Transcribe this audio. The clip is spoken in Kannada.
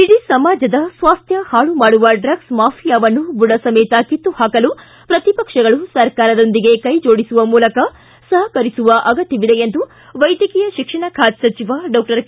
ಇಡೀ ಸಮಾಜದ ಸ್ವಾಸ್ತ್ಯ ಹಾಳು ಮಾಡುವ ಡ್ರಗ್ನ್ ಮಾಫಿಯಾವನ್ನು ಬುಡ ಸಮೇತ ಕಿತ್ತು ಹಾಕಲು ಪ್ರತಿಪಕ್ಷಗಳು ಸರ್ಕಾರದೊಂದಿಗೆ ಕೈಜೋಡಿಸುವ ಮೂಲಕ ಸಹಕರಿಸುವ ಅಗತ್ತವಿದೆ ಎಂದು ವೈದ್ಯಕೀಯ ಶಿಕ್ಷಣ ಖಾತೆ ಸಚಿವ ಡಾಕ್ಟರ್ ಕೆ